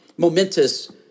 momentous